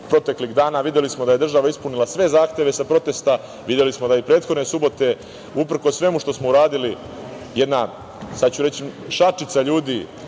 proteklih dana. Videli smo da je država ispunila sve zahteve sa protesta. Videli smo da je i prethodne subote, uprkos svemu što smo uradili jedna, sad ću reći, šačica ljudi,